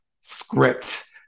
script